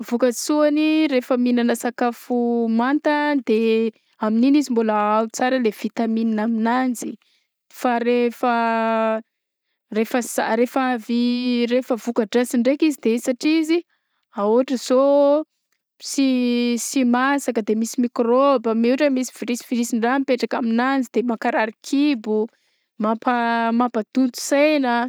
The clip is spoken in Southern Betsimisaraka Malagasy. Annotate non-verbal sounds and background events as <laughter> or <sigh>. Ny vokatsoagny reefa mihignana sakafo manta de amign'iny izy mbola ao tsara le vitamine aminanjy fa rehefa <hesitation> rehefa sa- rehefa avy rehefa vokadrasigny ndraiky izy de satria izy aôtra zao sy sy masaka de misy mikrôba m- ôhatra hoe misy virusvirus ndraha mipetraka aminazy de makarary kibo mampa- mampadonto saina.